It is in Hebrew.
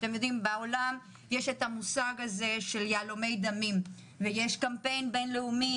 בעולם יש את המושג של יהלומי דמים ויש קמפיין בין לאומי